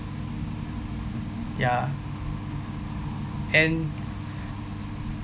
ya and